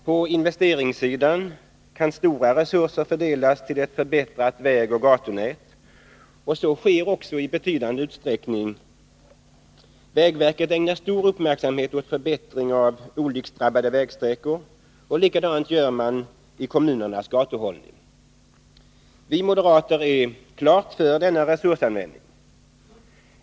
På investeringssidan kan stora resurser fördelas till ett förbättrat vägoch gatunät, och så sker också i betydande utsträckning. Vägverket ägnar stor uppmärksamhet åt förbättring av vägsträckor där det händer många olyckor, och detsamma gör man i kommunernas gatuhållning. Vi moderater är klart för denna resursanvändning.